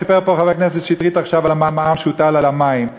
סיפר פה חבר הכנסת שטרית עכשיו על המע"מ שהוטל על המים.